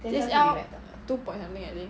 T_S_L two point something I think